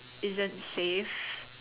isn't safe